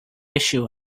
issue